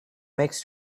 makes